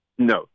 No